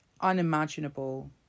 unimaginable